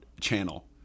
channel